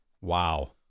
Wow